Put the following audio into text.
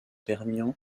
permien